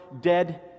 dead